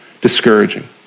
discouraging